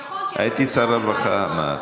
נכון, של בית חם, הייתי שר הרווחה, מה את,